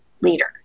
leader